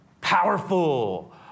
powerful